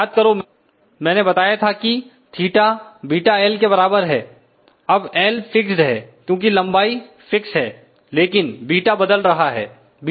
याद करो मैंने बताया था कि थीटा βl के बराबर है अब l फिक्स्ड है क्योंकि लंबाई फिक्स है लेकिन β बदल रहा है β क्या है